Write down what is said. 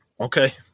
Okay